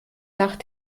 nach